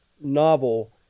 novel